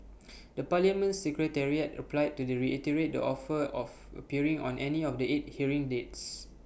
the parliament secretariat replied to the reiterate the offer of appearing on any of the eight hearing dates